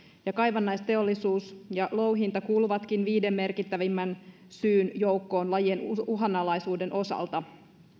kaivannaisteollisuus ja louhinta kuuluvatkin viiden merkittävimmän syyn joukkoon lajien uhanalaisuuden osalta haluaisin kysyä ministereiltä